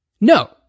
No